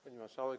Pani Marszałek!